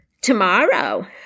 Tomorrow